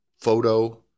photo